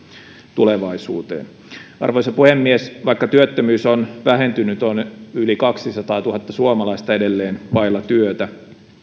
tulevaisuuteen arvoisa puhemies vaikka työttömyys on vähentynyt on yli kaksisataatuhatta suomalaista edelleen vailla työtä